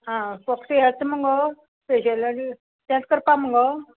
आं फक्त हेंच मुगो स्पेशल आनी तेंच करपा मुगो